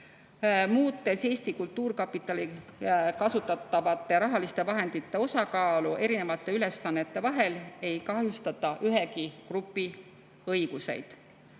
Muutes Eesti Kultuurkapitali kasutatavate rahaliste vahendite osakaalu erinevate ülesannete vahel, ei kahjustata ühegi grupi õigusi.